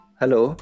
Hello